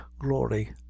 glory